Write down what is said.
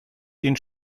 den